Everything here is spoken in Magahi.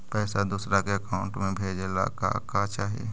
पैसा दूसरा के अकाउंट में भेजे ला का का चाही?